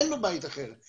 ואין לו בית אחר.